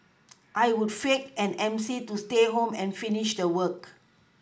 I would fake an M C to stay home and finish the work